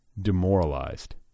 demoralized